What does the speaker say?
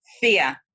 fear